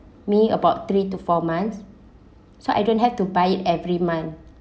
me about three to four months so I don't have to buy it every month